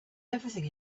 everything